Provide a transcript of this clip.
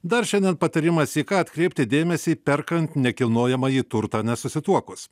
dar šiandien patarimas į ką atkreipti dėmesį perkant nekilnojamąjį turtą nesusituokus